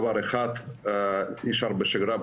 דבר אחד נשאר בשגרה,